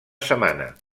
setmana